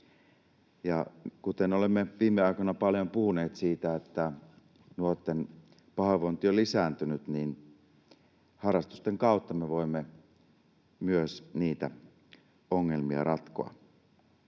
kun olemme viime aikoina paljon puhuneet siitä, että nuorten pahoinvointi on lisääntynyt, niin harrastusten kautta me voimme myös niitä ongelmia ratkoa.